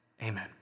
Amen